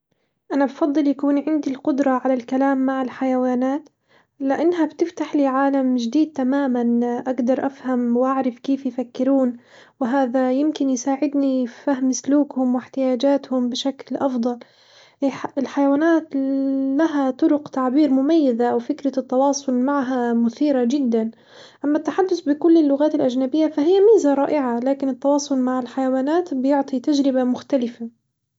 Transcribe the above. أنا بفضل يكون عندي القدرة على الكلام مع الحيوانات لإنها بتفتحلي عالم جديد تمامًا، أجدر أفهم وأعرف كيف يفكرون، وهذا يمكن يساعدني في فهم سلوكهم واحتياجاتهم بشكل أفضل، الحيوانات لها طرق تعبير مميزة وفكرة التواصل معها مثيرة جدًا، أما التحدث بكل اللغات الأجنبية فهي ميزة رائعة، لكن التواصل مع الحيوانات بيعطي تجربة مختلفة.